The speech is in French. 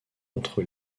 entre